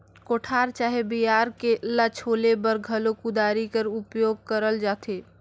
कोठार चहे बियारा ल छोले बर घलो कुदारी कर उपियोग करल जाथे